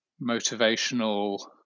motivational